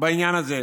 בעניין הזה,